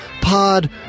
pod